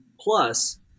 Plus